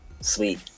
Sweet